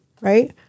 right